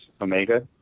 Omega